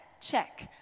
check